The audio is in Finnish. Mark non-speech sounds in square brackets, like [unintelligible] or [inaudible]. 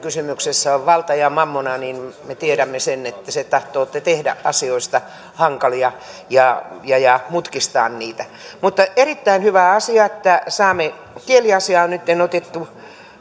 [unintelligible] kysymyksessä on valta ja mammona niin me tiedämme sen että se tahtoo tehdä asioista hankalia ja ja mutkistaa niitä mutta on erittäin hyvä asia että saamen kieliasia on nytten otettu